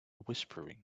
whispering